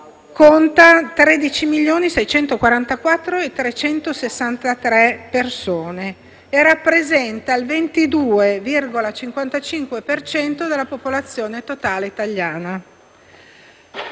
conta 13.644.363 persone e rappresenta il 22,55 per cento della popolazione totale italiana.